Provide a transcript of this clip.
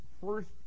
first